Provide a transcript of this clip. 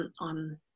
on